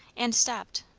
and stopped,